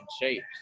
shapes